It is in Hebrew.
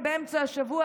ובאמצע השבוע,